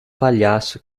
palhaço